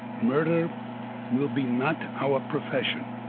murder will be not our profession,